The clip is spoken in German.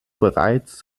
bereits